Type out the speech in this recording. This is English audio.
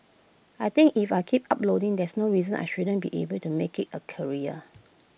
I think if I keep uploading there's no reason I shouldn't be able to make IT A career